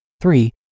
Three